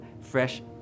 fresh